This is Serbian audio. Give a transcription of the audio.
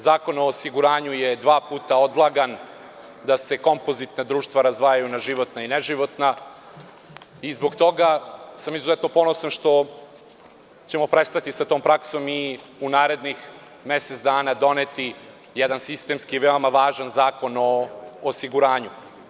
Zakon o osiguranju je dva puta odlagan, da se kompozitna društva razdvajaju na životna i neživotna i zbog toga sam izuzetno ponosan što ćemo prestati sa tom praksom i u narednih mesec dana doneti jedan sistemski, veoma važan Zakon o osiguranju.